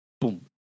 Boom